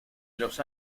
los